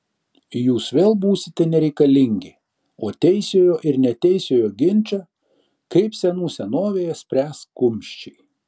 jūs vėl būsite nereikalingi o teisiojo ir neteisiojo ginčą kaip senų senovėje spręs kumščiai